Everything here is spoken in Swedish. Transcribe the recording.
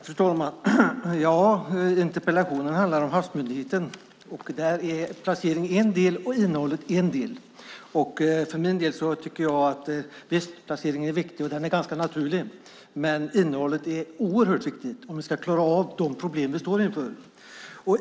Fru talman! Ja, interpellationen handlar om havsmyndigheten, och där är placeringen en del och innehållet en del. Jag tycker att placeringen är viktig - och den är ganska naturlig. Men innehållet är oerhört viktigt om vi ska klara av de problem vi står inför.